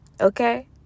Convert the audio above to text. okay